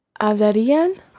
Hablarían